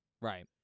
Right